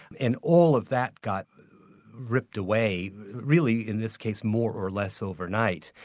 and all of that got ripped away really in this case more or less overnight.